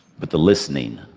but the listening.